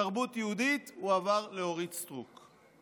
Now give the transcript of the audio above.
תרבות יהודית הועברה לאורית סטרוק,